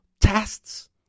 tests